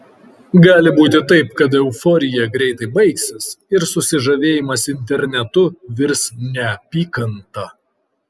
gali būti taip kad euforija greitai baigsis ir susižavėjimas internetu virs neapykanta